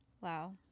Wow